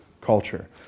culture